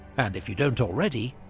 and if you don't already,